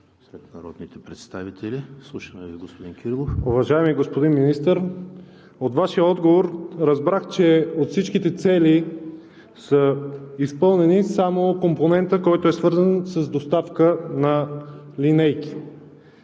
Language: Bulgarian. сред народните представители. Слушаме Ви, господин Кирилов.